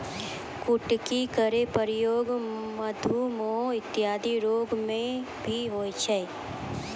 कुटकी केरो प्रयोग मधुमेह इत्यादि रोग म भी होय छै